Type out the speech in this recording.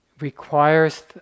requires